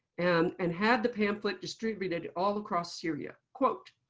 and and had the pamphlet distributed all across syria. quote,